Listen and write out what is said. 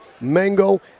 mango